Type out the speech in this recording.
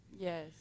Yes